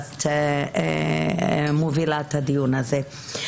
שאת מובילה את הדיון הזה.